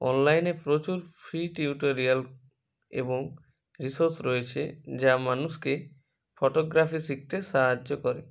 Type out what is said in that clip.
অনলাইনে প্রচুর free tutorial এবং রিসোর্স রয়েছে যা মানুষকে ফোটোগ্রাফি শিখতে সাহায্য করে